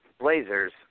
Blazers